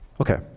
Okay